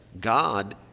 God